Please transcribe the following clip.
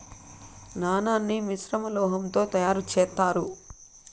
నాణాన్ని మిశ్రమ లోహం తో తయారు చేత్తారు